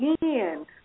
again